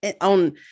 on